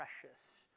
precious